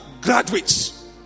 graduates